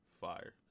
Fire